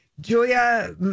Julia